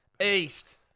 East